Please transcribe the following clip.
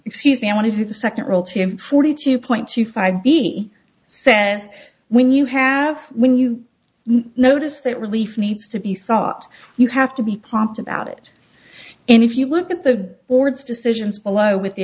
excuse me i want to the second role tim forty two point two five b said when you have when you notice that relief needs to be sought you have to be prompt about it and if you look at the board's decisions below with the